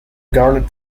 garnet